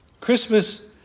Christmas